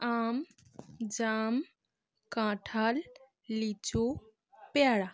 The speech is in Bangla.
আম জাম কাঁঠাল লিচু পেয়ারা